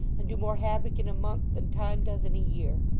and do more havoc in a month than time does in a year.